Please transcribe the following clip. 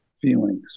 feelings